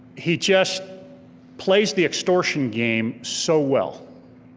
he just plays the extortion game so well.